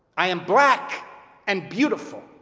i am black and beautiful,